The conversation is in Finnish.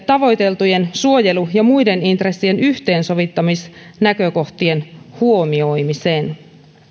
tavoiteltujen suojelu ja muiden intressien yhteensovittamisnäkökohtien huomioimisen